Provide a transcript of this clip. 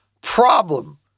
problem